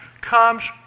comes